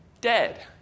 dead